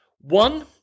one